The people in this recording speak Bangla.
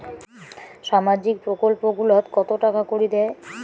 সামাজিক প্রকল্প গুলাট কত টাকা করি দেয়?